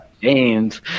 James